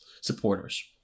supporters